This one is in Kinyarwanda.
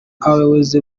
abayobozi